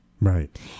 Right